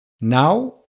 Now